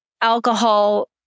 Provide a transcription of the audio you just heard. alcohol